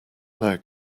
now